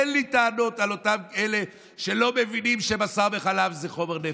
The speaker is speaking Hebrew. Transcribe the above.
אין לי טענות לאותם אלה שלא מבינים שבשר וחלב זה חומר נפץ,